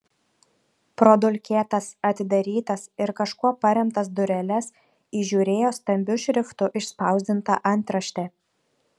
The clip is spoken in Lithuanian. pro dulkėtas atidarytas ir kažkuo paremtas dureles įžiūrėjo stambiu šriftu išspausdintą antraštę